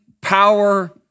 power